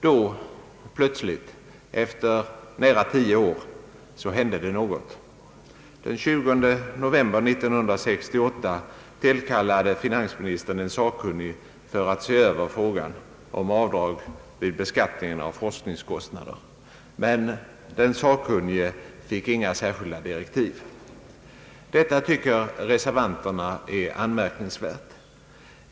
Då plötsligt — efter nära tio år — hände något. Den 20 november 1968 tillkallade finansministern en sakkunnig för att se över frågan om avdrag vid beskattningen för forskningskostnader. Men den sakkunnige fick inga särskilda direktiv. Detta tycker reservanterna är anmärkningsvärt.